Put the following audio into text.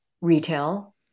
retail